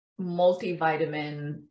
multivitamin